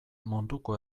munduko